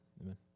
Amen